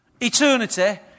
Eternity